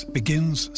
begins